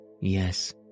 Yes